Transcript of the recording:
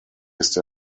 ist